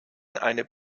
eine